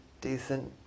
decent